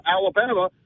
Alabama